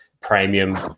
Premium